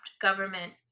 government